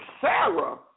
Sarah